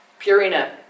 Purina